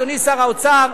אדוני שר האוצר,